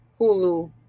Hulu